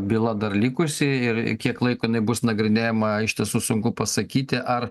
byla dar likusi ir kiek laiko bus nagrinėjama iš tiesų sunku pasakyti ar